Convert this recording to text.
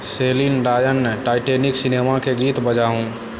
salient Dion Titanic सिनेमाके गीत बजाउ